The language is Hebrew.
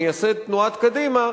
מייסד תנועת קדימה,